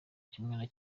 kimwe